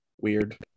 Weird